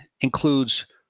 includes